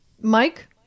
Mike